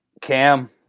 Cam